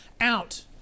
out